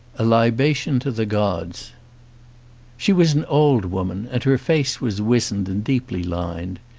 a libation to the gods she was an old woman, and her face was wizened and deeply lined.